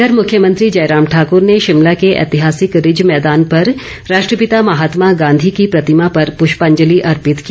इधर मुख्यमंत्री जयराम ठाकर ने शिमला के ऐतिहासिक रिज मैदान पर राष्ट्रपिता महात्मा गांधी की प्रतिमा पर प्रष्पांजलि अर्पित की